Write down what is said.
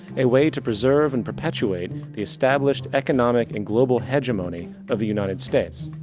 a way to preserve and perpetuate the established economic and global hegemony of the united states.